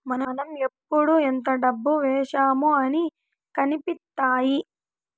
మనం ఎప్పుడు ఎంత డబ్బు వేశామో అన్ని కనిపిత్తాయి